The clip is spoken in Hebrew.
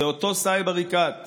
זה אותו סאיב עריקאת